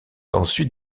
ensuite